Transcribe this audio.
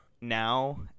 now